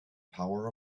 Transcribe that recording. power